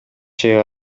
чек